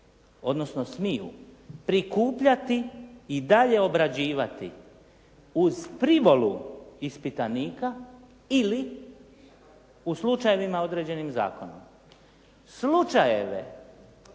odnosno smiju prikupljati i dalje obrađivati uz privolu ispitanika ili u slučajevima određenim zakonom. Slučajeve